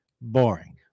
boring